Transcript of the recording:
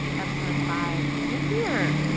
episode five. you're here!